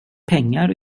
pengar